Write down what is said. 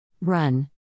Run